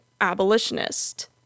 abolitionist